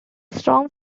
strong